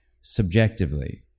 subjectively